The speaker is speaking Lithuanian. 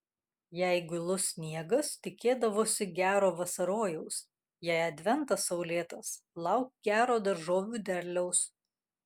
jei gilus sniegas tikėdavosi gero vasarojaus jei adventas saulėtas lauk gero daržovių derliaus